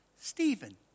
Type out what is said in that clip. Stephen